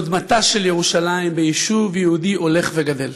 קודמתה של ירושלים ביישוב יהודי הולך וגדל,